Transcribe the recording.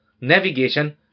navigation